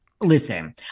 listen